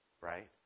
right